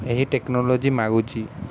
ଏହି ଟେକ୍ନୋଲୋଜି ମାଗୁଛି